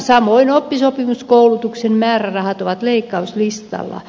samoin oppisopimuskoulutuksen määrärahat ovat leikkauslistalla